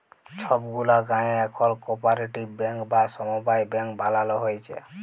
ছব গুলা গায়েঁ এখল কপারেটিভ ব্যাংক বা সমবায় ব্যাংক বালালো হ্যয়েছে